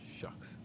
Shucks